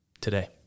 today